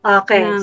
okay